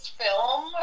film